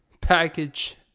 package